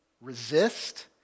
resist